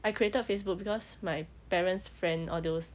I created facebook because my parents friend all those